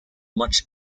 much